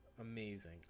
amazing